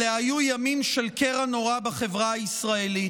אלה היו ימים של קרע נורא בחברה הישראלית.